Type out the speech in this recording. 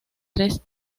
tres